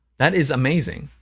that is amazing,